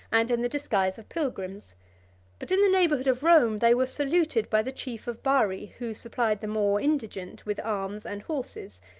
and in the disguise of pilgrims but in the neighborhood of rome they were saluted by the chief of bari, who supplied the more indigent with arms and horses,